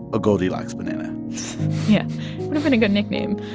a goldilocks banana yeah would've been a good nickname.